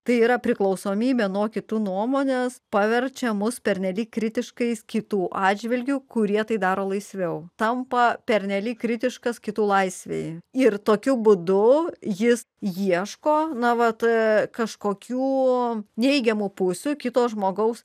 tai yra priklausomybė nuo kitų nuomones paverčia mus pernelyg kritiškais kitų atžvilgiu kurie tai daro laisviau tampa pernelyg kritiškas kitų laisvei ir tokiu būdu jis ieško na vat e kažkokių o neigiamų pusių kito žmogaus